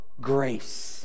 grace